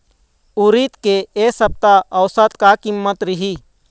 उरीद के ए सप्ता औसत का कीमत रिही?